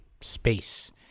space